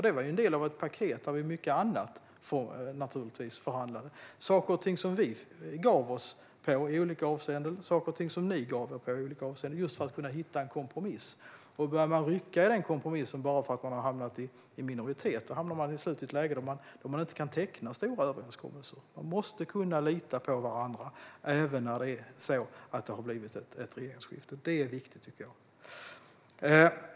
Den var ju en del av ett paket där mycket annat naturligtvis förhandlades. Vi gav oss i olika avseenden, och ni gav er i olika avseenden, John Widegren, just för att vi skulle kunna hitta en kompromiss. Börjar man rycka i den kompromissen bara för att man har hamnat i minoritet hamnar man till slut i ett läge där det inte går att teckna stora överenskommelser. Det måste gå att lita på varandra även när det har blivit ett regeringsskifte. Jag tycker att det är viktigt.